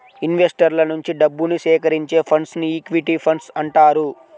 ఇన్వెస్టర్ల నుంచి డబ్బుని సేకరించే ఫండ్స్ను ఈక్విటీ ఫండ్స్ అంటారు